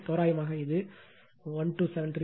தோராயமாக இது 1273